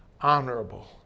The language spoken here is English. honorable